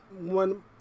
one